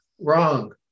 Wrong